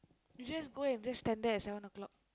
you just go and just stand there at seven o-clock